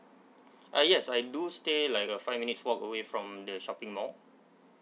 uh yes I do stay like a five minutes walk away from the shopping mall